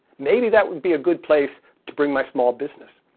maybe that would be a good place to bring my small business,